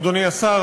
אדוני השר,